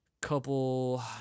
couple